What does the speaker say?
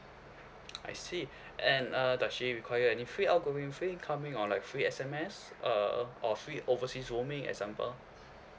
I see and uh does she require any free outgoing free incoming or like free S_M_S uh or free overseas roaming example